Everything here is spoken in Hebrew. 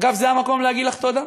אגב, זה המקום להגיד לךְ תודה.